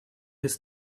his